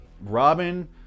Robin